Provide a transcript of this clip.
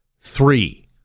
three